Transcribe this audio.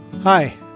Hi